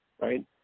Right